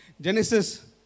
Genesis